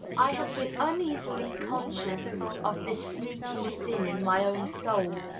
i have been uneasily conscious of this sneaking sin in my own soul,